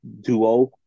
duo